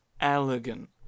Elegant